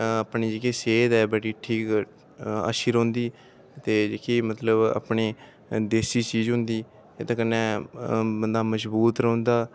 अपनी जेह्की सेहत ऐ बड़ी ठीक बड़ी अच्छी रौंह्दी ते जेह्की मतलब अपने देसी चीज होंदी एह्दे कन्नै बंदा मजबूत रौंह्दा